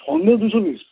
সন্দেশ দুশো পিস